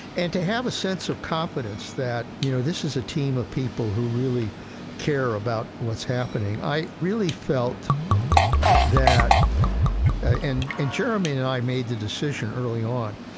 and to have a sense of confidence that, you know, this is a team of people who really care about what's happening. i really felt that and and jeremy and i made the decision early on,